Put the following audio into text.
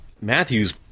Matthews